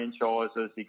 franchises